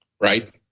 Right